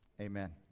amen